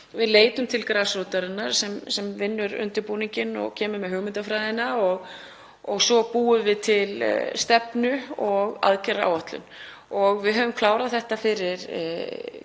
við leitum til grasrótarinnar sem vinnur undirbúninginn og kemur með hugmyndafræðina og svo búum við til stefnu og aðgerðaáætlun. Við höfum klárað þetta fyrir